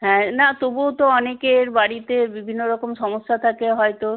হ্যাঁ না তবুও তো অনেকের বাড়িতে বিভিন্ন রকম সমস্যা থাকে হয়তো